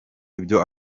ibyo